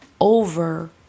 over